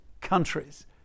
countries